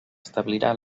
establirà